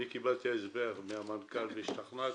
קיבלתי הסבר מהמנכ"ל והשתכנעתי,